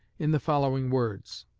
in the following words